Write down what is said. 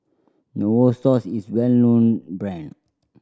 Novosource is well known brand